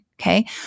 Okay